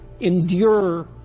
endure